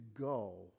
go